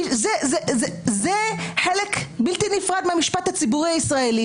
זה חלק בלתי נפרד מהמשפט הציבורי הישראלי.